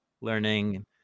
learning